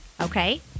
Okay